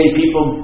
people